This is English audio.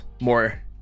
more